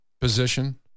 position